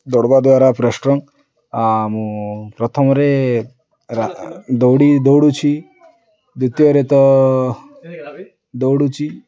ଦୌଡ଼ବା ଦ୍ୱାରା ପୁରା ଷ୍ଟଙ୍ଗ ମୁଁ ପ୍ରଥମରେ ଦୌଡ଼ି ଦୌଡ଼ୁଛି ଦ୍ଵିତୀୟରେ ତ ଦୌଡ଼ୁଛିି